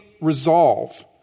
resolve